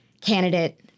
candidate